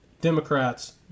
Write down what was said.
Democrats